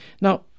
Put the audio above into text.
Now